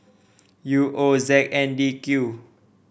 U O Z N D Q